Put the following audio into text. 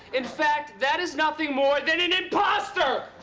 in fact, that is nothing more than an imposter!